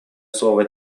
слово